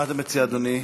מה אתה מציע, אדוני?